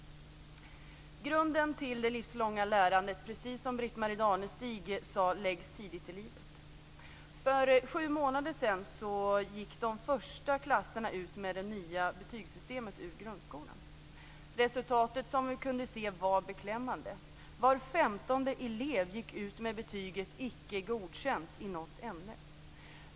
Grunden till det livslånga lärandet, precis som Britt-Marie Danestig sade, läggs tidigt i livet. För sju månader sedan gick de första klasserna ut ur grundskolan med det nya betygssystemet. De resultat som vi kunde se var beklämmande. Var femtonde elev gick ut med betyget Icke godkänt i något ämne.